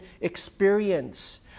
experience